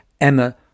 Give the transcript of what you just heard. Emma